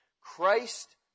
Christ